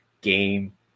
game